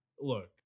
look